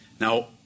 Now